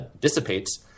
dissipates